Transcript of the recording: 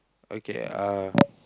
okay uh